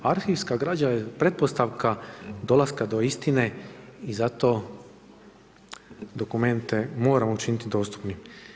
Arhivska građa je pretpostavka dolaska do istine i zato dokumente moramo učiniti dostupnim.